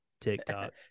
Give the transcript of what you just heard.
tiktok